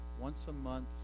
once-a-month